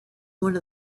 one